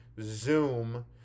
zoom